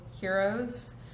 heroes